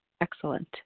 Excellent